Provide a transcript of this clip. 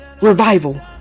revival